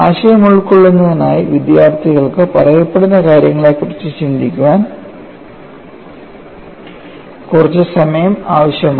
ആശയം ഉൾക്കൊള്ളുന്നതിനായി വിദ്യാർത്ഥികൾക്ക് പറയപ്പെടുന്ന കാര്യങ്ങളെക്കുറിച്ച് ചിന്തിക്കാൻ കുറച്ച് സമയം ആവശ്യമാണ്